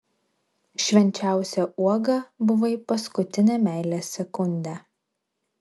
švenčiausia uoga buvai paskutinę meilės sekundę